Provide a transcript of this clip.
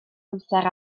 amser